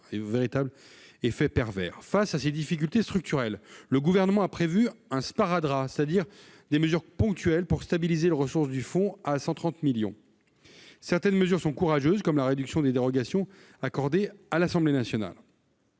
un véritable effet pervers. Face à ces difficultés structurelles, le Gouvernement a prévu un « sparadrap », c'est-à-dire des mesures ponctuelles pour stabiliser les ressources du fonds à 130 millions d'euros. Certaines mesures sont courageuses, comme la réduction des dérogations accordées par l'Assemblée nationale.